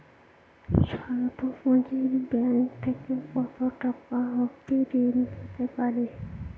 স্বল্প পুঁজির ব্যাংক থেকে কত টাকা অবধি ঋণ পেতে পারি?